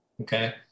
Okay